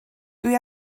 dwi